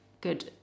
good